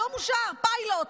היום אושר פיילוט.